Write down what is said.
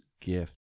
gift